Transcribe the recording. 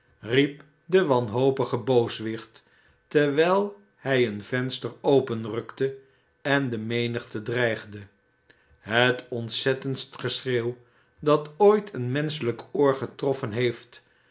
riep de wanhopige booswicht terwijl hij een venster openrukte en de menigte dreigde het ontzettendst geschreeuw dat ooit een menschelijk oor getroffen heeft